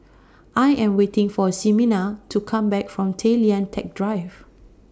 I Am waiting For Ximena to Come Back from Tay Lian Teck Drive